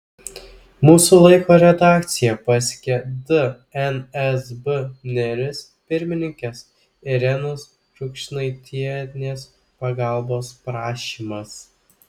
mūsų laiko redakciją pasiekė dnsb neris pirmininkės irenos rukšnaitienės pagalbos prašymas